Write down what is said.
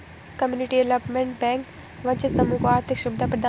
community development bank वंचित समूह को आर्थिक सुविधा प्रदान करती है